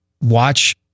watch